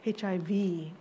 HIV